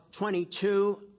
22